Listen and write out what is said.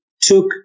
took